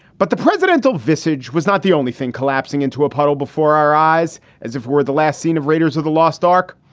but the presidential visage was not the only thing collapsing into a puddle before our eyes, as if we're the last scene of raiders of the lost ark.